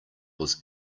was